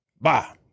Bye